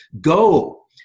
go